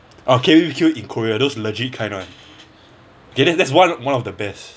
oh K_B_B_Q in korea those legit kind one okay that's one one of the best